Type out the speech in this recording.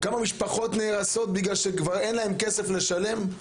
כמה משפחות נהרסות בגלל שכבר אין להם כסף לשלם?